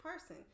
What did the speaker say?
person